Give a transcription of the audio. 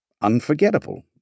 unforgettable